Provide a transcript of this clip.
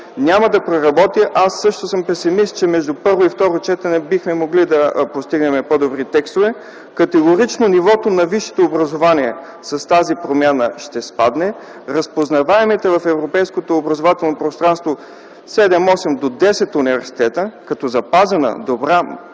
няма да проработи. Аз също съм песимист, че между първо и второ четене бихме могли да постигнем по-добри текстове. Категорично нивото на висшето образование с тази промяна ще спадне. Разпознаваемите в европейското образователно пространство седем, осем до десет университета като запазена, добра